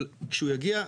אבל כשהוא יגיע,